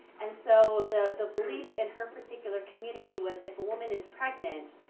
and so, the the belief in her particular community was if a woman is pregnant,